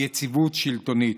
יציבות שלטונית.